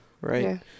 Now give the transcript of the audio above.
right